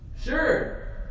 Sure